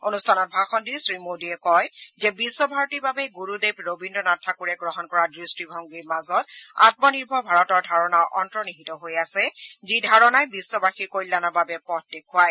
অনুষ্ঠানত ভাষণ দি শ্ৰী মোডীয়ে কয় যে বিশ্বভাৰতীৰ বাবে গুৰুদেৱ ৰবীদ্ৰনাথ ঠাকুৰে গ্ৰহণ কৰা দৃষ্টিভংগীৰ মাজত আমনিৰ্ভৰ ভাৰতৰ ধাৰণাও অন্তনিহিত হৈ আছে যি ধাৰণাই বিশ্ববাসীৰ কল্যাণৰ বাবে পথ দেখুৱাই